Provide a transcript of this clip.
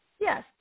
Yes